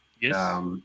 Yes